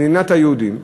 מדינת היהודים,